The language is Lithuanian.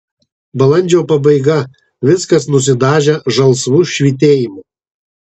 balandžio pabaiga viskas nusidažę žalsvu švytėjimu